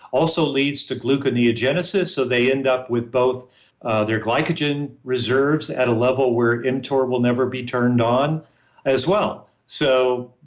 also leads to gluconeogenesis, so, they end up with both ah their glycogen reserves at a level where mtor will never be turned on as well. so,